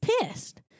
pissed